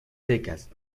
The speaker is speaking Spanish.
secas